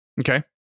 Okay